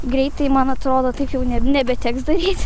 greitai man atrodo taip jau ne nebeteks daryt